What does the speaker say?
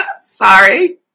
Sorry